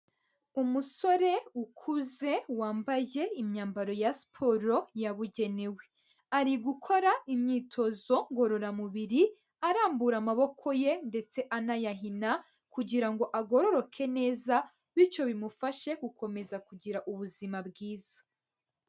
Umusore ukuze wambaye imyambaro ya siporo yabugenewe, ari gukora imyitozo ngororamubiri arambura amaboko ye ndetse anayahina, kugira ngo agororoke neza bityo bimufashe gukomeza kugira ubuzima bwiza.